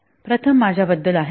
प्रथम माझ्याबद्दल आहे